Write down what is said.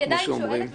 אני עדיין שואלת,